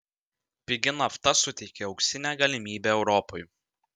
pigi nafta suteikia auksinę galimybę europai